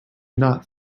not